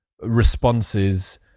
responses